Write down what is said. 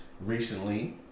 recently